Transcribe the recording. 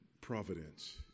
Providence